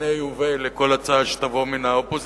מיניה וביה לכל הצעה שתבוא מן האופוזיציה,